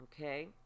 okay